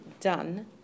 done